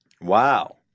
Wow